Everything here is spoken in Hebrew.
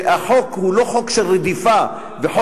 שהחוק הוא לא חוק של רדיפה וחוק